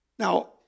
Now